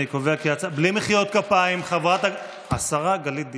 בלי מחיאות כפיים, השרה גלית דיסטל.